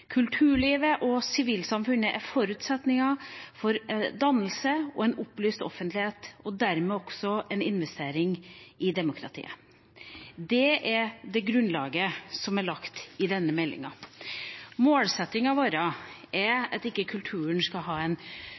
Kulturlivet og sivilsamfunnet er forutsetninger for dannelse og en opplyst offentlighet, og dermed også en investering i demokratiet. Det er det grunnlaget som er lagt i denne meldinga. Målsettingen vår er ikke den rene funksjonen eller rollen kulturen skal ha